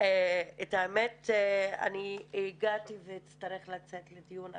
האמת היא שהגעתי ואצטרך לצאת לדיון אחר.